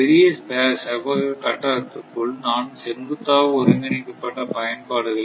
இந்த பெரிய செவ்வக கட்டத்துக்குள் நான் செங்குத்தாக ஒருங்கிணைக்கப்பட்ட பயன்பாடுகளை காட்டுகிறேன்